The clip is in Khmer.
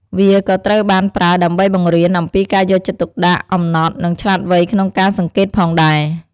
វាក៏ត្រូវបានប្រើដើម្បីបង្រៀនអំពីការយកចិត្តទុកដាក់ អំណត់ និងឆ្លាតវៃក្នុងការសង្កេតផងដែរ។